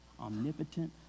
omnipotent